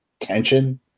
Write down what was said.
tension